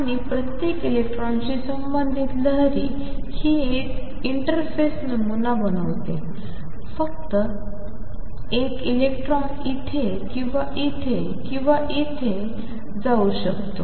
आणि प्रत्येक इलेक्ट्रॉनशी संबंधित लहरी ही एक इंटरफेस नमुना बनवते फक्त एक इलेक्ट्रॉन येथे किंवा येथे किंवा येथे किंवा येथे जाऊ शकतो